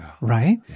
right